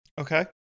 okay